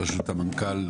ברשות המנכ"ל,